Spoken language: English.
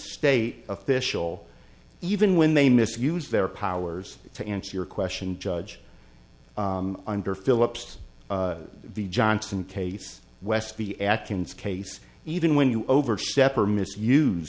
state official even when they misuse their powers to answer your question judge under philips the johnson case westby atkins case even when you over